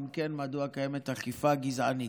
אם כן, מדוע קיימת אכיפה גזענית?